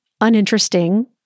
uninteresting